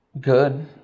good